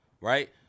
right